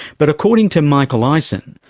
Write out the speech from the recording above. but according to michael eisen,